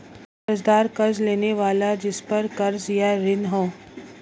कर्ज़दार कर्ज़ लेने वाला जिसपर कर्ज़ या ऋण हो